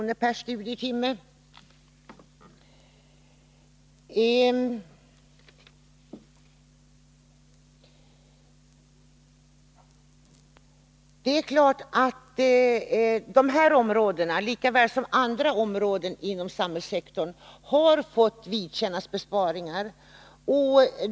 per studietimme. Det är klart att dessa områden, liksom andra inom samhällssektorn, har fått vidkännas besparingar.